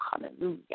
Hallelujah